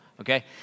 okay